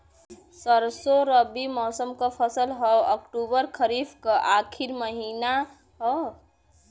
सरसो रबी मौसम क फसल हव अक्टूबर खरीफ क आखिर महीना हव